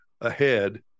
ahead